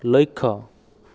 লক্ষ্য